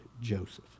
Joseph